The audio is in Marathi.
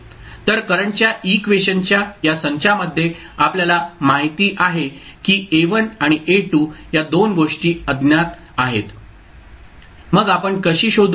तर करंटच्या इक्वेशनच्या या संचामध्ये आपल्याला माहिती आहे की A1 आणि A2 हया 2 गोष्टी अज्ञात आहेत मग आपण कशी शोधू